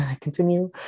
continue